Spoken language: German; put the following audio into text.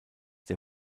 der